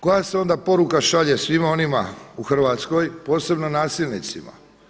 Koja se onda poruka šalje svima onima u Hrvatskoj, posebno nasilnicima.